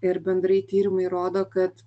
ir bendrai tyrimai rodo kad